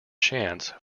chance